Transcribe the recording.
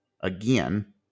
again